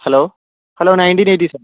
hello hello nineteen eighties അല്ലെ